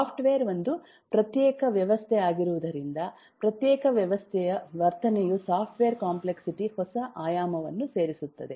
software ಒಂದು ಪ್ರತ್ಯೇಕ ವ್ಯವಸ್ಥೆಯಾಗಿರುವುದರಿಂದ ಪ್ರತ್ಯೇಕ ವ್ಯವಸ್ಥೆಯ ವರ್ತನೆಯು ಸಾಫ್ಟ್ವೇರ್ ಕಾಂಪ್ಲೆಕ್ಸಿಟಿ ಹೊಸ ಆಯಾಮವನ್ನು ಸೇರಿಸುತ್ತದೆ